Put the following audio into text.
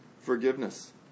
forgiveness